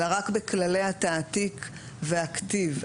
אלא רק בכללי התעתיק והכתיב.